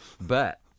but-